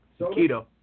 Keto